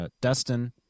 Dustin